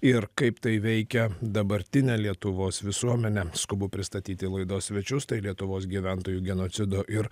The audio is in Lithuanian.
ir kaip tai veikia dabartinę lietuvos visuomenę skubu pristatyti laidos svečius tai lietuvos gyventojų genocido ir